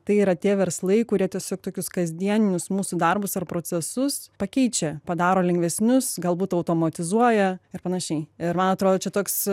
tai yra tie verslai kurie tiesiog tokius kasdieninius mūsų darbus ar procesus pakeičia padaro lengvesnius galbūt automatizuoja ir panašiai ir man atrodo čia toks